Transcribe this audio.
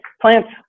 plants